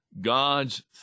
God's